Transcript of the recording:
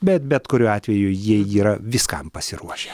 bet bet kuriuo atveju jie yra viskam pasiruošę